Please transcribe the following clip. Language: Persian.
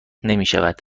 نمیشود